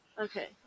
Okay